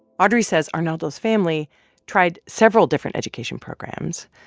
audrey says arnaldo's family tried several different education programs.